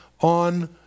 on